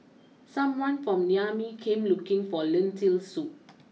someone from Niamey came looking for Lentil Soup